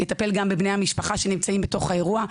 יטפל גם בבני המשפחה שנמצאים בתוך האירוע,